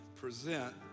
present